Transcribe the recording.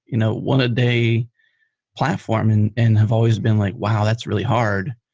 you know one a day platform and and have always been like, wow! that's really hard.